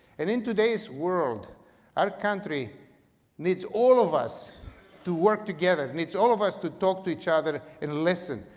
and in today's world our country needs all of us to work together, it needs all of us to talk to each other and listen.